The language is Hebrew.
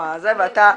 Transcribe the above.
אני אסביר.